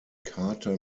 carter